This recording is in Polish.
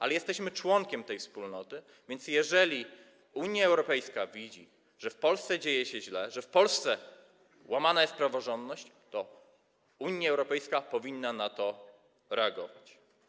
Ale jesteśmy członkiem Wspólnoty, więc jeżeli Unia Europejska widzi, że w Polsce dzieje się źle, że w Polsce łamana jest praworządność, to Unia Europejska powinna na to reagować.